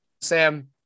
Sam